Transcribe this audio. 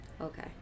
Okay